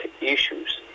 issues